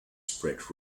spread